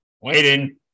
Waiting